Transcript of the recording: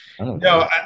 No